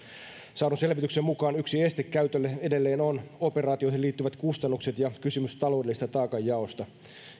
saadun selvityksen mukaan yksi este käytölle edelleen on operaatioihin liittyvät kustannukset ja kysymys taloudellisesta taakanjaosta